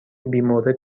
بیمورد